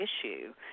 issue